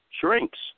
shrinks